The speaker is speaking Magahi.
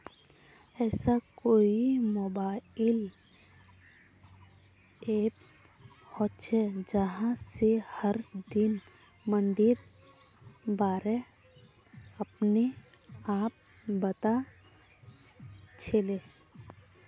ऐसा कोई मोबाईल ऐप होचे जहा से हर दिन मंडीर बारे अपने आप पता चले?